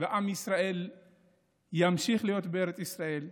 ועם ישראל ימשיך להיות בארץ ישראל,